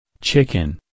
Chicken